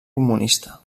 comunista